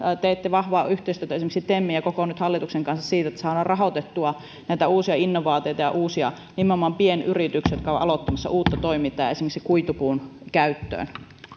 teette vahvaa yhteistyötä esimerkiksi temin ja koko hallituksen kanssa siinä että saadaan rahoitettua näitä uusia innovaatioita ja uusia nimenomaan pienyrityksiä jotka ovat aloittamassa uutta toimintaa esimerkiksi kuitupuun käyttöön